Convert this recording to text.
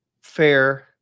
fair